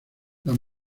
las